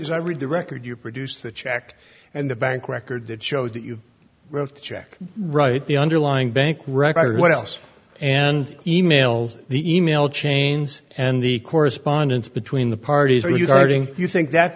as i read the record you produced the check and the bank record that showed that you wrote the check right the underlying bank record what else and e mails the e mail chains and the correspondence between the parties are you